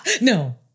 no